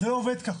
זה לא עובד ככה.